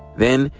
then,